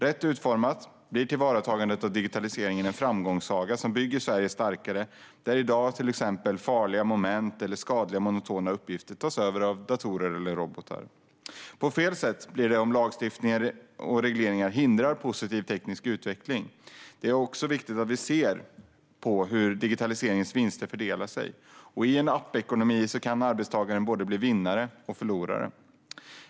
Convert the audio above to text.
Rätt utformat blir tillvaratagandet av digitaliseringen en framgångssaga som bygger Sverige starkare. Farliga moment eller skadliga monotona uppgifter som förekommer i dag kan till exempel tas över av datorer och robotar. På fel sätt blir det om lagstiftning och regleringar hindrar positiv teknisk utveckling. Det är också viktigt att vi ser hur digitaliseringens vinster fördelar sig. I en app-ekonomi kan en arbetstagare bli både vinnare och förlorare.